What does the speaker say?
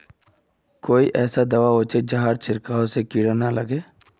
कोई ऐसा दवा होचे जहार छीरकाओ से दोबारा किट ना लगे?